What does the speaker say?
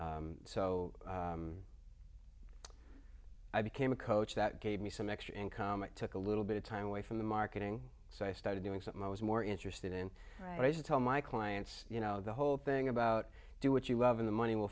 so i became a coach that gave me some extra income it took a little bit of time away from the marketing so i started doing something i was more interested in right to tell my clients you know the whole thing about do what you love in the money will